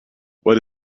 what